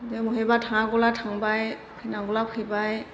महायबा थांनांगौब्ला थांबाय फैनांगौला फैबाय